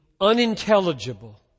unintelligible